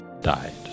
died